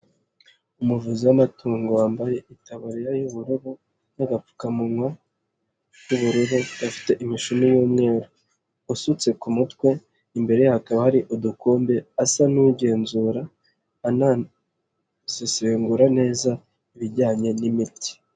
Umuvuzi w'amatungo wambaye itabariya y'ubururu n'agapfukamunwa k'ubururu gafite imishini y'umweru, wasutse ku mutwe imbere ye hakaba hari udukombe asa n'ugenzura anasesengura neza ibijyanye n'imiti.